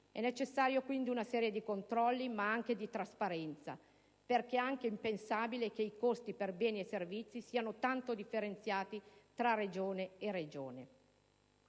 È necessaria, quindi, una serie rete di controlli, ma anche più trasparenza, perché è anche impensabile che i costi per beni e servizi siano tanto differenziati tra Regione e Regione.